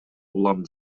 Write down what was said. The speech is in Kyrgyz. улам